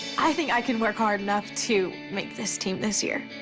i think i can work hard enough to make this team this year.